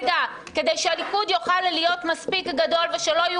כדי שהליכוד יוכל להיות מספיק גדול ושלא יהיו